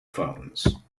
phones